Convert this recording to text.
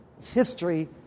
history